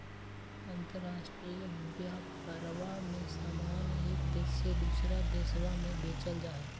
अंतराष्ट्रीय व्यापरवा में समान एक देश से दूसरा देशवा में बेचल जाहई